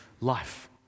life